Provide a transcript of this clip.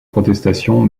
protestations